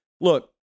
Look